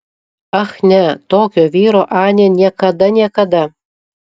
ach ne tokio vyro anė niekada niekada